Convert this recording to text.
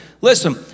Listen